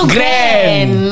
Grand